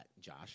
Josh